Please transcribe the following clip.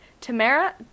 Tamara